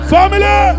Family